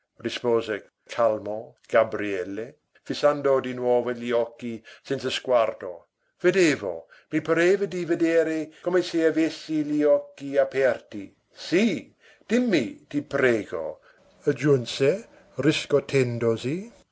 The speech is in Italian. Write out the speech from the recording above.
rispose calmo gabriele fissando di nuovo gli occhi senza sguardo vedevo mi pareva di vedere come se avessi gli occhi aperti sì dimmi ti prego aggiunse riscotendosi